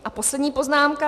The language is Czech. A poslední poznámka.